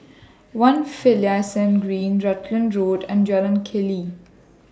one Finlayson Green Rutland Road and Jalan Keli